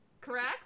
correct